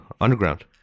Underground